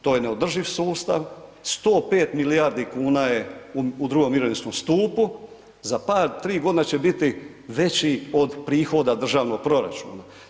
To je neodrživ sustav 105 milijardi kuna je u drugom mirovinskom stupu, za par, 3 godine će biti veći od prihoda državnog proračuna.